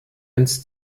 ins